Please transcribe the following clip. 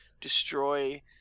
destroy